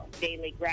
Daily